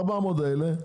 400 המיליון האלה,